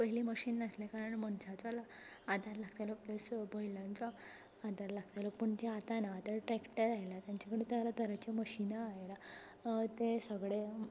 पयलीं मशीन नासलें कारण मनशांचो आदार लागतालो प्लस बैलांचो आदार लागतालो पूण तें आतां ना आतां ट्रॅक्टर आयला तेच्या कडेन तरातरांचीं मशिनां आयलां तें सगळें